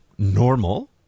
normal